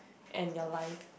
and your life